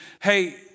hey